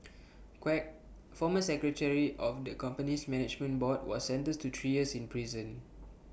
Quek former secretary of the company's management board was sentenced to three years in prison